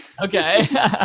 Okay